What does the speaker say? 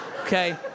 Okay